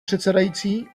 předsedající